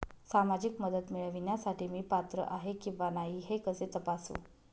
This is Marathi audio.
सामाजिक मदत मिळविण्यासाठी मी पात्र आहे किंवा नाही हे कसे तपासू?